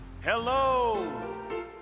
Hello